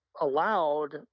allowed